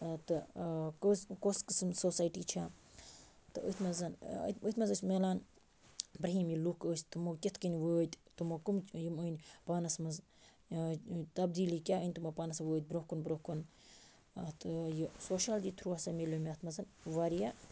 تہٕ کٕژ کۄس قٕسم سوسایٹی چھِ تہٕ أتھۍ منٛز أتھۍ أتھۍ منٛز ٲسۍ ملان بِرہم ییٚلہِ لُکھ ٲسۍ تِمو کِتھ کٔنۍ وٲتۍ تمو کٕم یِم أنۍ پانس منٛز تبدیٖلی کیٛاہ أنۍ تِمو پانَس وٲتۍ برٛونٛہہ کُن بروۄنٛہہ کُن تہٕ یہِ سوشالجی تھٕروٗ ہَسا میلیو مےٚ اَتھ منٛز وارِیاہ